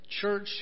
church